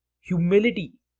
Humility